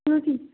okay